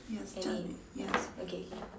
any okay okay